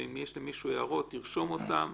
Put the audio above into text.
ואם יש למישהו הערות שירשום אותן,